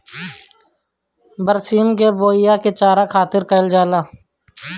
बरसीम के बोआई चारा खातिर कईल जाला